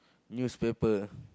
newspaper